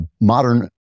modern